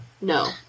No